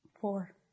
Four